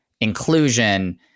inclusion